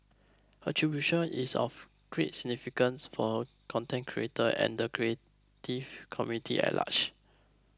attribution is of great significance for a content creator and the creative community at large